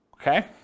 Okay